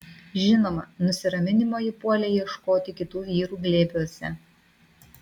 žinoma nusiraminimo ji puolė ieškoti kitų vyrų glėbiuose